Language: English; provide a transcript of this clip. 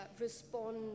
respond